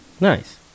Nice